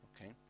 Okay